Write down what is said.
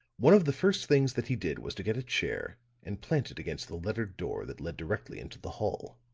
one of the first things that he did was to get a chair and plant it against the lettered door that led directly into the hall.